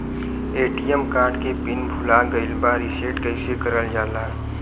ATM card के PIN भूला गइल बा रीसेट कईसे करल जाला?